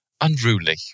unruly